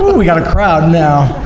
whoo, we've got a crowd now,